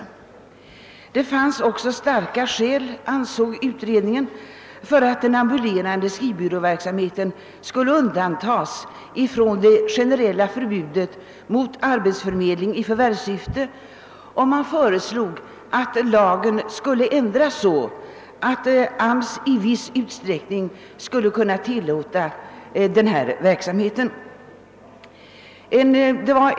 Utredningen ansåg också att det fanns starka skäl för att den ambulerande skrivbyråverksamheten skulle undantas från det generella förbudet mot arbetsförmedling i förvärvssyfte. Utredningen föreslog att lagen skulle ändras så att AMS i viss utsträckning skulle kunna tillåta denna verksamhet.